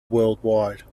worldwide